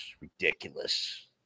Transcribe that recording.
ridiculous